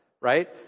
right